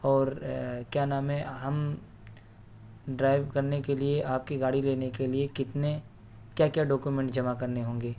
اور کیا نام ہے ہم ڈرائیو کرنے کے لیے آپ کی گاڑی لینے کے لیے کتنے کیا کیا ڈاکیومینٹ جمع کرنے ہوں گے